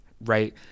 right